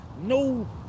no